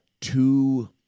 two